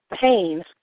pain